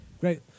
great